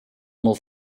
uma